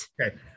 Okay